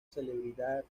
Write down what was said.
celebridad